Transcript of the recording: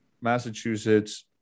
massachusetts